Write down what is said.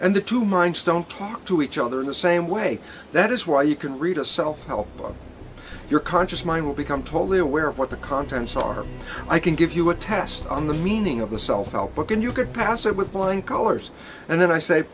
and the two minds don't talk to each other in the same way that is why you can read a self help book your conscious mind will become totally aware of what the contents are i can give you a test on the meaning of the self help book and you could pass it with flying colors and then i say